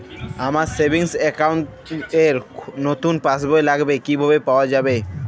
আমার savings account র নতুন পাসবই লাগবে কিভাবে পাওয়া যাবে?